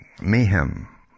mayhem